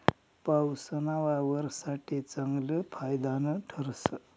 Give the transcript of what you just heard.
पाऊसना वावर साठे चांगलं फायदानं ठरस